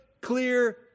clear